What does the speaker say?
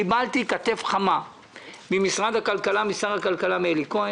קיבלתי כתף חמה משר הכלכלה אלי כהן,